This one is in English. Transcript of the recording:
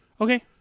Okay